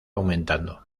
aumentando